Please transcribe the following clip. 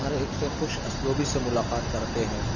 ہر ایک سے خوش اسلوبی سے ملاقات کرتے ہیں